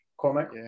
comic